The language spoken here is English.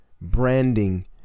branding